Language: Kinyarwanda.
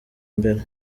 mbere